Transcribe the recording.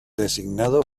designado